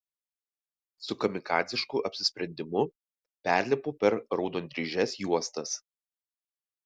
su kamikadzišku apsisprendimu perlipu per raudondryžes juostas